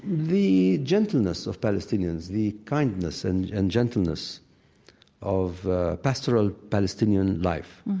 the gentleness of palestinians, the kindness and and gentleness of pastoral palestinian life,